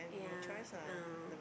yeah oh